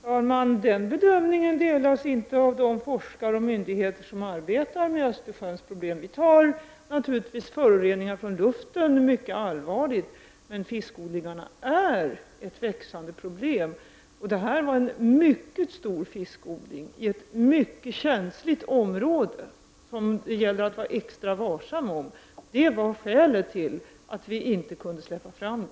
Herr talman! Den bedömningen delas inte av de forskare och de myndigheter som arbetar med Östersjöns problem. Vi ser naturligtvis mycket allvarligt på föroreningar från luften, men fiskodlingarna är ett växande problem. Detta var en mycket stor fiskodling i ett mycket känsligt område, som det gäller att vara extra varsam om, och det var skälet till att vi inte kunde släppa fram verksamheten.